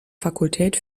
fakultät